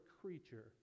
creature